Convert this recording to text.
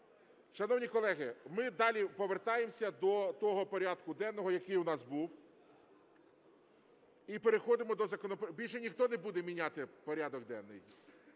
Шановні колеги, ми далі повертаємося до того порядку денного, який у нас був, і переходимо до... Більше ніхто не буде міняти порядок денний,